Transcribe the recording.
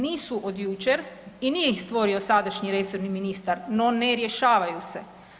Nisu od jučer i nije ih stvorio sadašnji resorni ministar no ne rješavaju se.